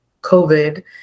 COVID